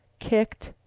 kicked,